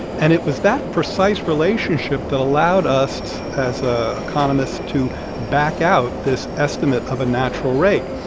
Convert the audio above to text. and it was that precise relationship that allowed us as ah economists to back out this estimate of a natural rate.